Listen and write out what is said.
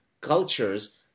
cultures